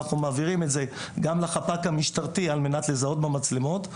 ואנחנו מעבירים את זה גם לחפ"ק המשטרתי על מנת לזהות במצלמות,